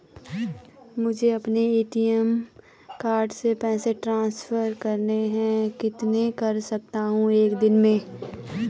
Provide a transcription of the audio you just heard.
मुझे अपने ATM card से पैसे ट्रांसफर करने हैं कितने कर सकता हूँ एक दिन में?